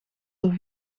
door